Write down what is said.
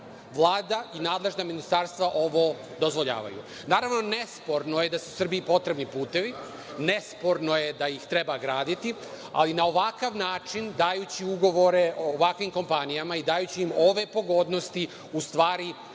Vlada i nadležna ministarstva ovo dozvoljavaju? Naravno, nesporno je da su Srbiji potrebni putevi, nesporno je da ih treba graditi, ali na ovakav način, dajući ugovore ovakvim kompanijama i dajući im ove pogodnosti, u stvari